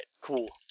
cool